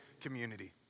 community